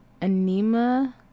Anima